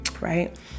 right